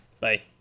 Bye